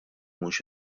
mhux